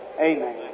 Amen